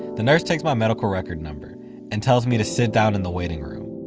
the nurse takes my medical record number and tells me to sit down in the waiting room.